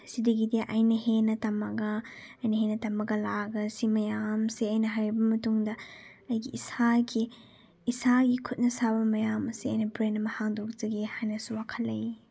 ꯁꯤꯗꯒꯤꯗꯤ ꯑꯩꯅ ꯍꯦꯟꯅ ꯇꯝꯃꯒ ꯑꯩꯅ ꯍꯦꯟꯅ ꯇꯝꯃꯒ ꯂꯥꯛꯑꯒ ꯁꯤ ꯃꯌꯥꯝꯁꯤ ꯑꯩꯅ ꯍꯩꯔꯕ ꯃꯇꯨꯡꯗ ꯑꯩꯒꯤ ꯏꯁꯥꯒꯤ ꯏꯁꯥꯒꯤ ꯈꯨꯠꯅ ꯁꯥꯕ ꯃꯌꯥꯝ ꯑꯁꯤ ꯑꯩꯅ ꯕ꯭ꯔꯥꯟ ꯑꯃ ꯍꯥꯡꯗꯣꯛꯆꯒꯦ ꯍꯥꯏꯅꯁꯨ ꯋꯥꯈꯜ ꯂꯩ